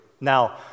Now